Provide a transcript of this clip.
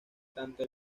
tanto